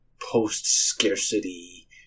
post-scarcity